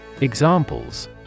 Examples